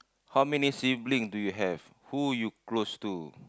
how many sibling do you have who you close to